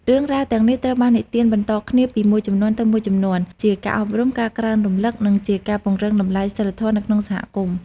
រឿងរ៉ាវទាំងនេះត្រូវបាននិទានបន្តគ្នាពីមួយជំនាន់ទៅមួយជំនាន់ ជាការអប់រំ ការក្រើនរំលឹក និងជាការពង្រឹងតម្លៃសីលធម៌នៅក្នុងសហគមន៍។